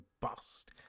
bust